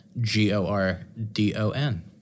G-O-R-D-O-N